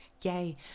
Yay